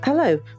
Hello